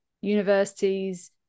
universities